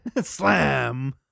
Slam